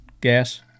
gas